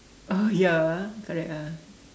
oh ya ah correct ah